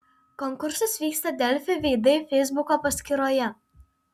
konkursas vyksta delfi veidai feisbuko paskyroje